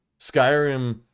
Skyrim